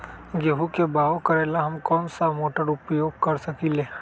गेंहू के बाओ करेला हम कौन सा मोटर उपयोग कर सकींले?